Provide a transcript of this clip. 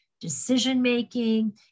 decision-making